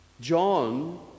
John